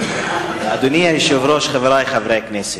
אדוני היושב-ראש, חברי חברי הכנסת,